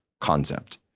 concept